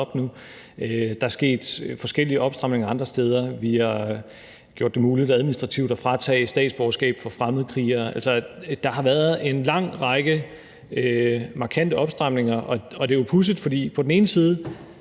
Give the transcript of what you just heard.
Der er sket forskellige opstramninger andre steder. Vi har gjort det muligt administrativt at fratage statsborgerskab fra fremmedkrigere. Der har været en lang række markante opstramninger. Det er jo pudsigt, for på den ene side